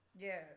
yes